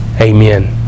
Amen